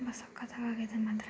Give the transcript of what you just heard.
ತುಂಬ ಸಖತ್ತಾಗಿ ಆಗಿದೆ ಮಾತ್ರ